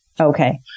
Okay